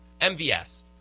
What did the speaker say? MVS